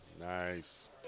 Nice